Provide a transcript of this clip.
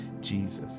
Jesus